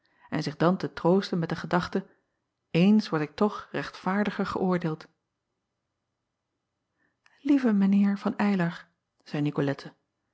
en zich dan te troosten met de gedachte eens word ik toch rechtvaardiger geöordeeld ieve mijn eer van ylar zeî icolette